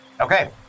Okay